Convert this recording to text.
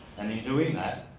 and in doing that,